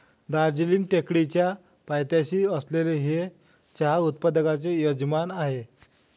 दार्जिलिंग टेकडीच्या पायथ्याशी असलेले हे चहा उत्पादकांचे यजमान आहे